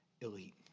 elite